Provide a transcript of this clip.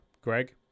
Greg